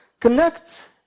connect